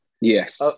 yes